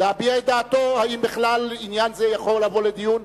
להביע את דעתו אם בכלל עניין זה יכול לבוא לדיון,